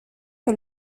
que